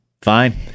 Fine